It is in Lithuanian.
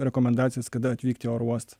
rekomendacijas kada atvykti į oro uostą